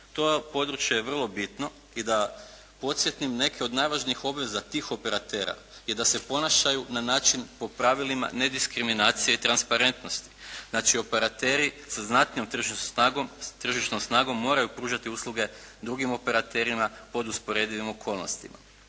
je područje vrlo bitno i da podsjetim neke od najvažnijih obveza tih operatera je da se ponašaju na način po pravilima nediskriminacije i transparentnosti. Znači, operateri sa znatnijom tržišnom snagom moraju pružati usluge drugim operaterima pod usporedivim okolnostima.